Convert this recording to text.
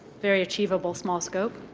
very achievable, small-scope.